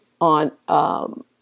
on –